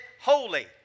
holy